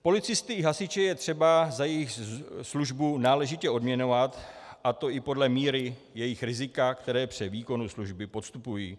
Policisty i hasiče je třeba za jejich službu náležitě odměňovat, a to i podle míry jejich rizika, které při výkonu služby podstupují.